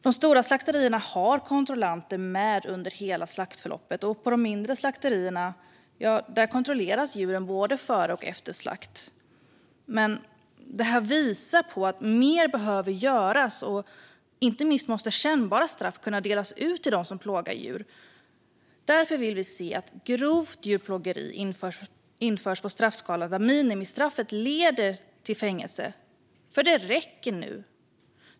De stora slakterierna har kontrollanter med under hela slaktförloppet, och på mindre slakterier kontrolleras djuren både före och efter slakt. Detta visar dock att mer behöver göras. Inte minst måste kännbara straff kunna delas ut till dem som plågar djur. Därför vill vi se att grovt djurplågeri införs i straffskalan, där minimistraffet leder till fängelse. För det räcker nu!